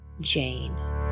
Jane